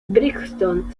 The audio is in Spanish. brighton